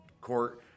court